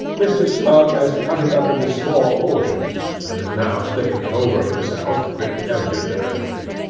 mr. slug has cut it up into small portions, and is now sticking it over himself in every direction